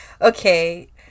Okay